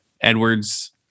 Edwards